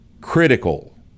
critical